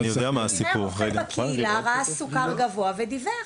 כנראה רופא בקהילה ראה סוכר גבוה ודיווח.